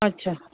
अच्छा